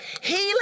Healing